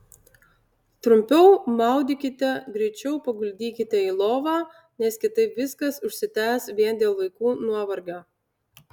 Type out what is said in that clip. trumpiau maudykite greičiau paguldykite į lovą nes kitaip viskas užsitęs vien dėl vaikų nuovargio